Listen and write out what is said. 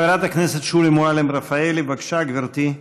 חברת הכנסת שולי מועלם-רפאלי, בבקשה, גברתי.